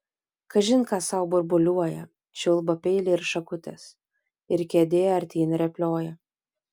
kažin ką sau burbuliuoja čiulba peiliai ir šakutės ir kėdė artyn rėplioja